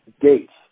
dates